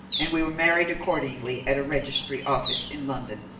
and we were married accordingly at a registry office in london.